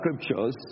scriptures